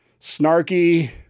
snarky